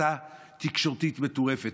הסתה תקשורתית מטורפת,